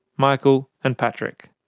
michael and patrick.